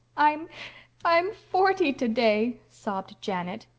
i'm i'm forty today, sobbed janet.